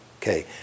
Okay